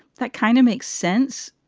that kind of makes sense.